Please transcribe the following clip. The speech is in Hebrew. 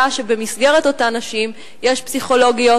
היה שבמסגרת אותן נשים יש פסיכולוגיות,